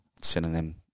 synonym